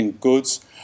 goods